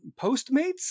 Postmates